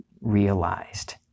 realized